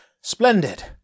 Splendid